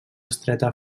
estreta